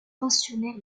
pensionnaire